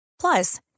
Plus